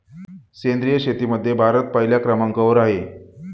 सेंद्रिय शेतीमध्ये भारत पहिल्या क्रमांकावर आहे